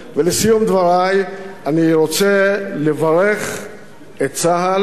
ולסיום דברי אני רוצה לברך את צה"ל,